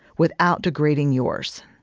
without degrading yours